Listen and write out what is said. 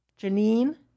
Janine